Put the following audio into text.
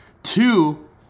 two